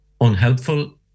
unhelpful